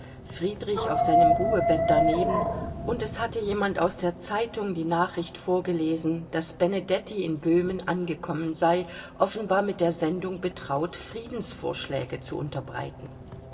friedrich auf seinem ruhebett daneben und es hatte jemand aus der zeitung die nachricht vorgelesen daß benedetti in böhmen angekommen sei offenbar mit der sendung betraut friedensvorschläge zu unterbreiten